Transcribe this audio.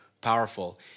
powerful